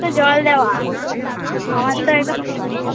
ও তো জল দেওয়া আমার তো একদম খাঁটি